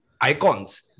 icons